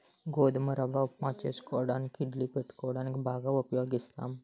గోధుమ రవ్వ ఉప్మా చేసుకోవడానికి ఇడ్లీ పెట్టుకోవడానికి బాగా ఉపయోగిస్తాం